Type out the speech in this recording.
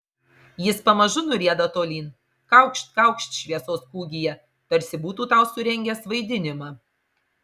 jis pamažu nurieda tolyn kaukšt kaukšt šviesos kūgyje tarsi būtų tau surengęs vaidinimą